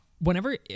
whenever